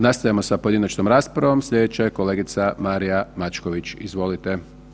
Nastavljamo sa pojedinačnom raspravom, slijedeća je kolegica Marija Mačković, izvolite.